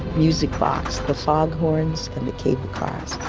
music box, the foghorns and the cable cars.